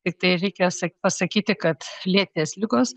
tiktai reikia sa pasakyti kad lėtinės ligos